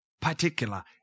Particular